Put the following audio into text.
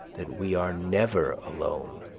that we are never alone.